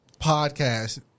podcast